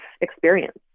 experience